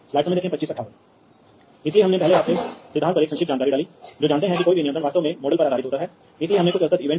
लेकिन ये तार हैं ये डेटा केबल हैं वे न केवल महंगे हैं उन्हें बिछाना है कमीशन स्थापित करना है और उन्हें सही बनाए रखना है